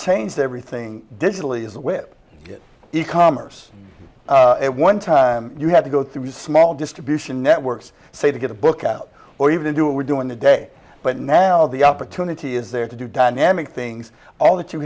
changed everything digitally is the whip it e commerce at one time you had to go through small distribution networks say to get a book out or even do what we're doing today but now the opportunity is there to do dynamic things all that you